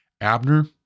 Abner